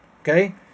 Okay